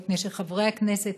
מפני שחברי הכנסת,